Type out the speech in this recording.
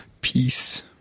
peace